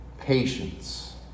patience